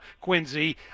Quincy